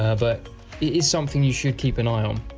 ah but it is something you should keep an eye on.